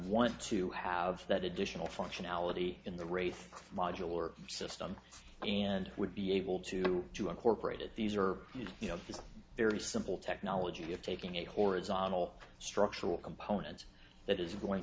want to have that additional functionality in the race modular system and would be able to do incorporated these are you know it's a very simple technology of taking it horizontal structural components that is going